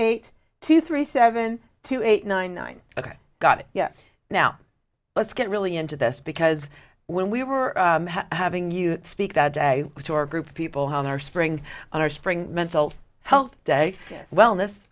eight two three seven two eight nine nine ok got it yeah now let's get really into this because when we were having you speak that day to a group of people who are spring on our spring mental health day wellness